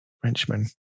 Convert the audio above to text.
Frenchman